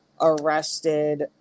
arrested